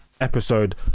episode